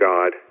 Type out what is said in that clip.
God